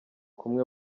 kumwe